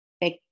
big